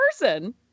person